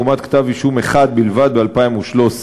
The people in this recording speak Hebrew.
לעומת כתב-אישום אחד בלבד ב-2013.